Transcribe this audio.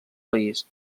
país